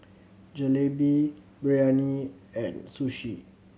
Jalebi Biryani and Sushi